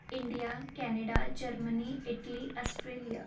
India Canada Germany Italy Australia